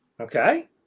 Okay